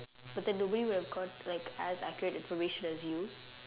but then the way we've got like as accurate information as you